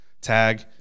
tag